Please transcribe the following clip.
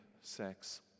sex